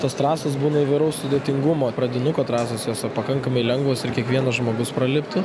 tos trasos būna įvairaus sudėtingumo pradinuko trasos jos pakankamai lengvos ir kiekvienas žmogus praliptų